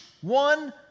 one